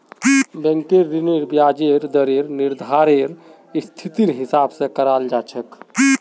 बैंकेर ऋनेर ब्याजेर दरेर निर्धानरेर स्थितिर हिसाब स कराल जा छेक